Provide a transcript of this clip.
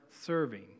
serving